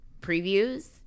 previews